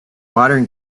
modern